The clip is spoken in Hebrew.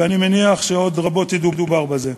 ואני מניח שעוד רבות ידובר בזה.